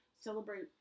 Celebrate